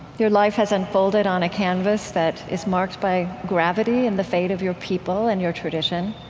your life has unfolded on a canvas that is marked by gravity and the fate of your people and your tradition.